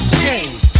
change